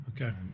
Okay